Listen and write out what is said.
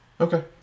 Okay